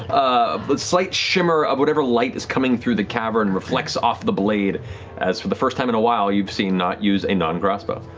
ah but slight shimmer of whatever light is coming through the cavern reflects off the blade as, for the first time in a while, you've seen nott use a non-crossbow.